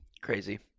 Crazy